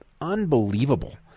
unbelievable